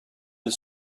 the